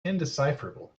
indecipherable